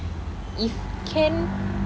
if can